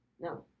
No